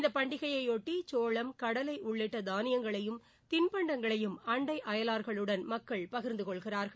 இந்த பண்டிகையையொட்டி சோளம் கடலை உள்ளிட்ட தானியங்களையும் தின்பண்டங்களையும் அண்டை அயலார்களுடன் மக்கள் பகிர்ந்து கொள்கிறார்கள்